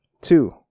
Two